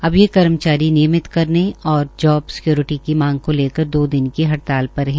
अब ये कर्मचारी नियमित करने और जोब सिक्योर्टी की मांग को लेकर दो दिन की हड़ताल पर हैं